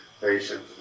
patient